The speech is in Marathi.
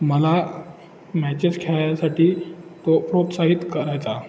मला मॅचेस खेळायसाठी तो प्रोत्साहित करायचा